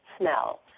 smell